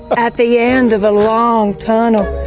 at the end of a long tunnel.